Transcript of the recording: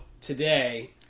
today